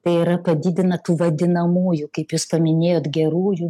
tai yra padidina tų vadinamųjų kaip jūs paminėjot gerųjų